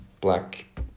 black